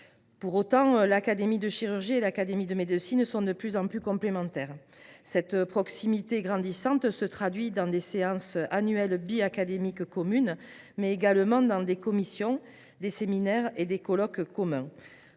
Pour autant, l’Académie nationale de chirurgie et l’Académie nationale de médecine sont de plus en plus complémentaires. Cette proximité grandissante se traduit par l’organisation de séances annuelles biacadémiques, mais également par des commissions, des séminaires et des colloques communs.